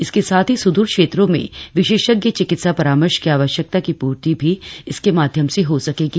इसके साथ ही सुदूर क्षेत्रों में विशेषज्ञ चिकित्सा परामर्श की आवश्यकता की पूर्ति भी इसके माध्यम से हो सकेगी